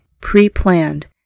pre-planned